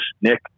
Nick